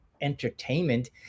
entertainment